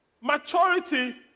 maturity